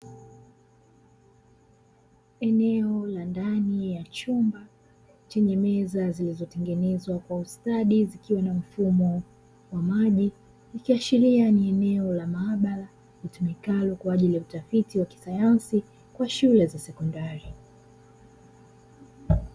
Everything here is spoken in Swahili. Eneo la ndani ya chumba chenye meza zilizotengenezwa kwa ustadi zikiwa na mfumo wa maji, likiashiria ni eneo la maabara itumikayo kwa ajili ya utafiti wa kisayansi kwa shule za sekondari.